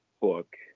book